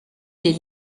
les